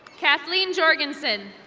cathleen jorgenson.